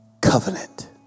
Covenant